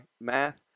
Math